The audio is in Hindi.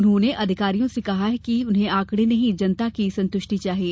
उन्होंने अधिकारियों से कहा है कि उन्हें आकड़े नहीं जनता की संतुष्टि चाहिये